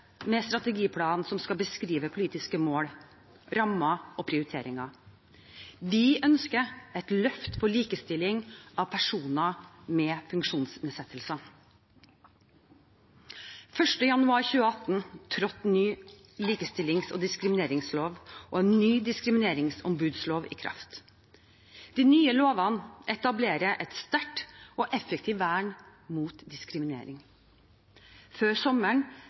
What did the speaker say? med strategiplanen som skal beskrive politiske mål, rammer og prioriteringer. Vi ønsker et løft for likestilling for personer med funksjonsnedsettelser. Den 1. januar 2018 trådte ny likestillings- og diskrimineringslov og en ny diskrimineringsombudslov i kraft. De nye lovene etablerer et sterkt og effektivt vern mot diskriminering. Før sommeren